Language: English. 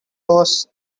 loss